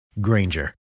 Granger